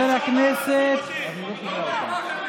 אני לא שומע אותם.